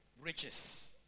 riches